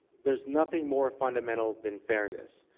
there's nothing more fundamental than fairness.